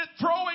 throwing